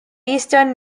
eastern